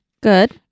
Good